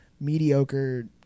mediocre